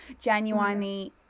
genuinely